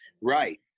right